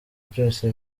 byose